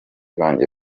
banjye